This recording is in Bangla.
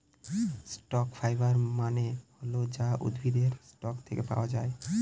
স্টক ফাইবার মানে হল যা উদ্ভিদের স্টক থাকে পাওয়া যায়